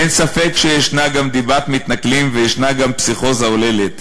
// אין ספק שישנה גם דיבת מתנכלים / וישנה גם פסיכוזה הוללת,